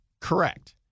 Correct